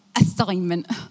assignment